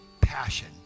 Passion